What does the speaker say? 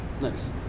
nice